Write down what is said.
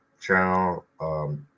channel